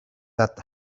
that